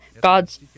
God's